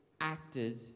acted